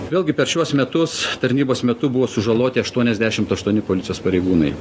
vėlgi per šiuos metus tarnybos metu buvo sužaloti aštuoniasdešimt aštuoni policijos pareigūnai